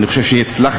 אני חושב שהצלחתם,